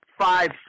five